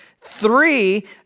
Three